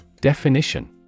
Definition